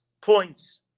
points